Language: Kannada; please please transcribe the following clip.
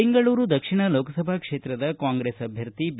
ಬೆಂಗಳೂರು ದಕ್ಷಿಣ ಲೋಕಸಭಾ ಕ್ಷೇತ್ರದ ಕಾಂಗ್ರೆಸ್ ಅಭ್ಯರ್ಥಿ ಬಿ